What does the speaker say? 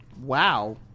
Wow